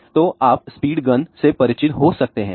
तो आप speed gun से परिचित हो सकते हैं